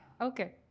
okay